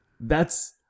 that's-